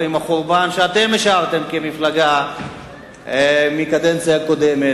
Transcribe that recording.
עם החורבן שאתם השארתם כמפלגה מהקדנציה הקודמת,